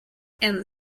and